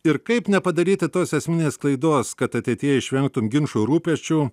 ir kaip nepadaryti tos esminės klaidos kad ateityje išvengtum ginčų ir rūpesčių